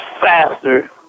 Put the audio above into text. faster